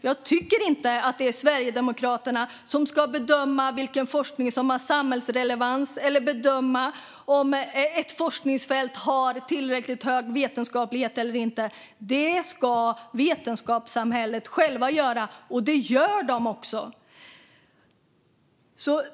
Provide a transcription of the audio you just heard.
Jag tycker inte att det är Sverigedemokraterna som ska bedöma vilken forskning som har samhällsrelevans eller om ett forskningsfält har tillräckligt hög vetenskaplighet eller inte. Det ska vetenskapssamhället själva göra, och det gör de också.